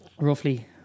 Roughly